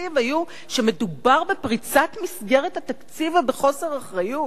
לתקציב היו שמדובר בפריצת מסגרת התקציב ובחוסר אחריות.